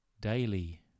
daily